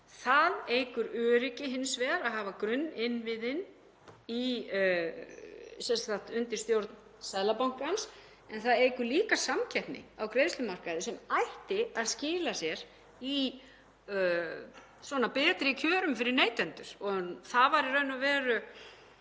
Það eykur öryggi hins vegar að hafa grunninnviðina undir stjórn Seðlabankans. Það eykur líka samkeppni á greiðslumarkaði sem ætti að skila sér í betri kjörum fyrir neytendur en það var í raun og veru